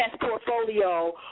portfolio